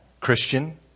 Christian